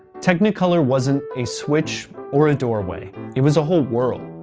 technicolor wasn't a switch or a doorway. it was a whole world,